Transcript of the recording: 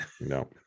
no